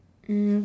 um